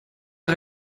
der